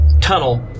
tunnel